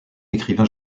écrivain